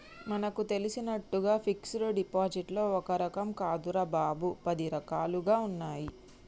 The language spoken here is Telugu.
మనకు తెలిసినట్లుగా ఫిక్సడ్ డిపాజిట్లో ఒక్క రకం కాదురా బాబూ, పది రకాలుగా ఉన్నాయి